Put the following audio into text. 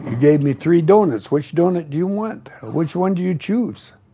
gave me three donuts. which donut do you want? which one do you choose?